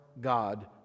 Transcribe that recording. god